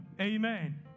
Amen